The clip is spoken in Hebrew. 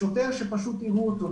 שוטר שיראו אותו,